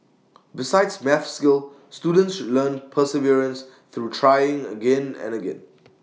besides maths skills students learn perseverance through trying again and again